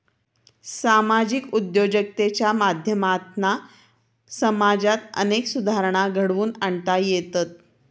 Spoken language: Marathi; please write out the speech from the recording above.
सामाजिक उद्योजकतेच्या माध्यमातना समाजात अनेक सुधारणा घडवुन आणता येतत